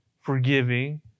Forgiving